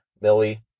Millie